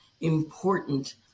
important